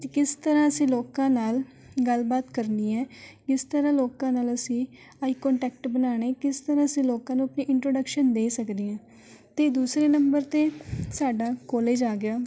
ਕਿਸ ਤਰ੍ਹਾਂ ਅਸੀਂ ਲੋਕਾਂ ਨਾਲ ਗੱਲਬਾਤ ਕਰਨੀ ਹੈ ਕਿਸ ਤਰ੍ਹਾਂ ਲੋਕਾਂ ਨਾਲ ਅਸੀਂ ਆਈ ਕੌਨਟੈਕਟ ਬਣਾਉਣਾ ਕਿਸ ਤਰ੍ਹਾਂ ਅਸੀਂ ਲੋਕਾਂ ਨੂੰ ਆਪਣੀ ਇੰਟਰੋਡਕਸ਼ਨ ਦੇ ਸਕਦੇ ਹਾਂ ਅਤੇ ਦੂਸਰੇ ਨੰਬਰ 'ਤੇ ਸਾਡਾ ਕੋਲਿਜ ਆ ਗਿਆ